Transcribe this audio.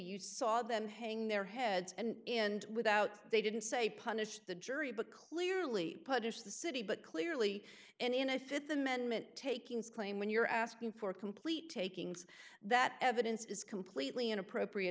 you saw them hang their heads and and without they didn't say punish the jury but clearly punish the city but clearly and in a th amendment takings claim when you're asking for complete takings that evidence is completely inappropriate